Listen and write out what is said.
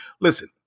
Listen